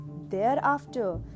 Thereafter